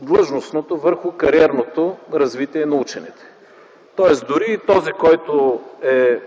длъжностното, върху кариерното развитие на учените. Тоест, дори този, който е